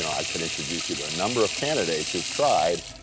and i could introduce you to a number of candidates who've tried,